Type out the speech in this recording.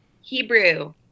Hebrew